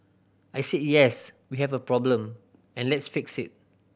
I said yes we have a problem and let's fix it